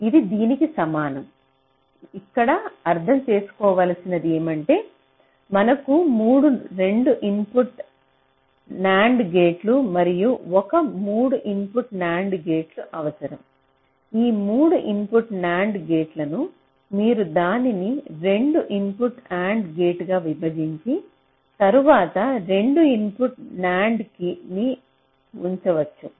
కాబట్టి ఇక్కడ అర్థం చేసుకోవలసినది ఏమంటే మనకు మూడు 2 ఇన్పుట్ NAND గేట్లు మరియు ఒక 3 ఇన్పుట్ NAND గేట్లు అవసరం ఈ 3 ఇన్పుట్ NAND గేట్లును మీరు దానిని 2 ఇన్పుట్ AND గా విభజించి తరువాత 2 ఇన్పుట్ NAND ని వుంచవచ్చు